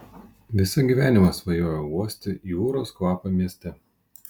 visą gyvenimą svajojau uosti jūros kvapą mieste